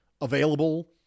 available